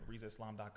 RezaIslam.com